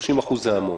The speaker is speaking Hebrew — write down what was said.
וירידה של 30% זה המון.